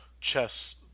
Chess